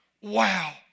Wow